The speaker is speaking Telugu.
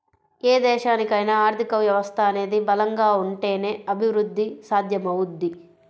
ఏ దేశానికైనా ఆర్థిక వ్యవస్థ అనేది బలంగా ఉంటేనే అభిరుద్ధి సాధ్యమవుద్ది